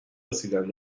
رسیدن